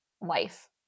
life